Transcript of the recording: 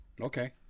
Okay